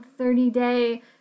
30-day